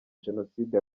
jenoside